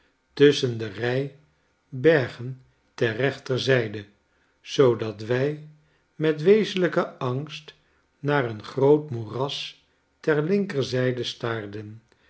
tusschen de rij bergen ter rechterzijde zoodat wij met wezenlijken angst naar een groot moeras ter linkerzijde staarden